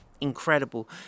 incredible